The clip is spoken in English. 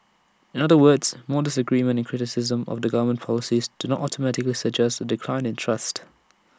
in other words more disagreement and criticism of the government policies do not automatically suggest A decline in trust